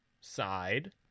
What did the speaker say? side